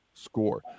score